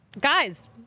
Guys